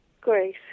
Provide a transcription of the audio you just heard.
Great